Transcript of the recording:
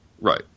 Right